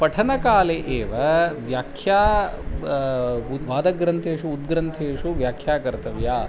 पठनकाले एव व्याख्या वादग्रन्थेषु उद्ग्रन्थेषु व्याख्या कर्तव्या